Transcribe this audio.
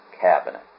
cabinet